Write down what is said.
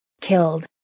killed